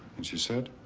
and she said?